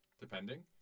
depending